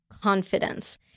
confidence